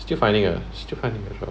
still finding ah still find it neutral